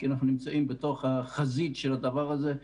כי אנחנו נמצאים בחזית של הדבר הזה.